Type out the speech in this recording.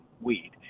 weed